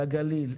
לגליל,